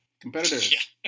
competitors